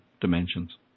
dimensions